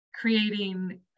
creating